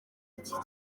icyi